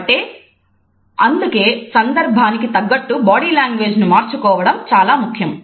కాబట్టి అందుకే సందర్భానికి తగ్గట్టు బాడీ లాంగ్వేజ్ ను మార్చుకోవడం చాలా ముఖ్యం